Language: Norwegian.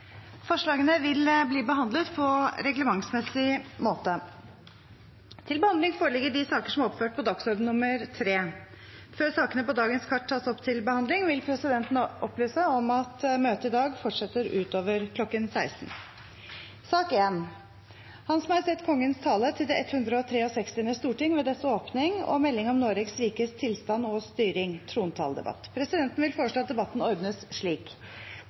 Forslagene vil bli behandlet på reglementsmessig måte. Før sakene på dagens kart tas opp til behandling, vil presidenten opplyse om at møtet i dag fortsetter utover kl. 16. Presidenten vil foreslå at debatten ordnes slik: